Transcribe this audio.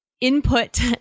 input